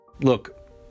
Look